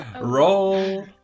Roll